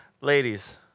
ladies